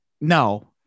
No